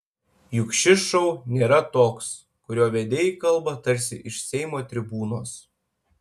juk šis šou nėra toks kurio vedėjai kalba tarsi iš seimo tribūnos